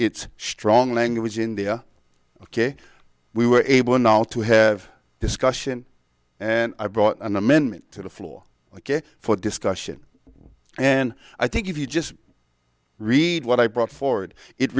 its strong language in there ok we were able now to have a discussion and i brought an amendment to the floor ok for discussion and i think if you just read what i brought forward it